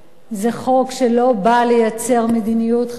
זה חוק שלא בא לייצר מדיניות חדשה,